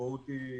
המשמעות היא